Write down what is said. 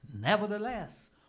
Nevertheless